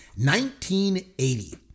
1980